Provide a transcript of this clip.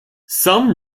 some